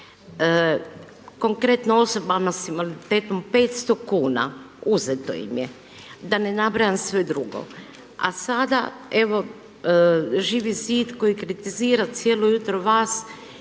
Konkretno osobama s invaliditetom 500 kuna uzeto im je, da ne nabrajam sve drugo. A sada evo Živi zid koji kritizira cijelo jutro vas